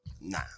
Nah